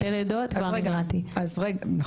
שתי לידות כבר נגרעתי אוטומטית.